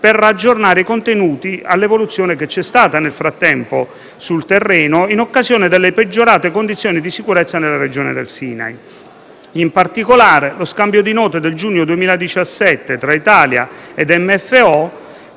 per aggiornare i contenuti all'evoluzione che c'è stata nel frattempo sul terreno, in occasione delle peggiorate condizioni di sicurezza nella regione del Sinai. In particolare, lo scambio di note del giugno 2017 tra Italia ed MFO